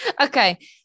Okay